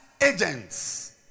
agents